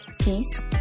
peace